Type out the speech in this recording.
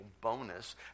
bonus